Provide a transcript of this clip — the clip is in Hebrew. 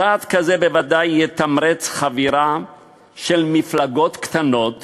צעד כזה בוודאי יתמרץ חבירה של מפלגות קטנות